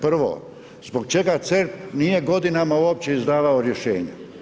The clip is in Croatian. Prvo, zbog čega CERP nije godinama uopće izdavao rješenja?